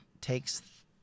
takes